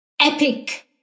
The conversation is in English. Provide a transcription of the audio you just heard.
epic